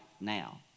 now